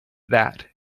that